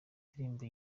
indirimbo